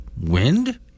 Wind